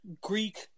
greek